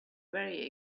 very